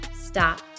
stop